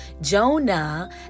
Jonah